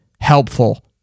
helpful